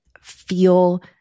feel